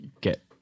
get